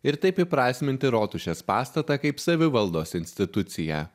ir taip įprasminti rotušės pastatą kaip savivaldos instituciją